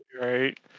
right